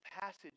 passage